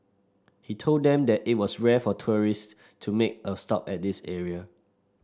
he told them that it was rare for tourist to make a stop at this area